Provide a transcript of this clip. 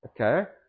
Okay